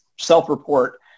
self-report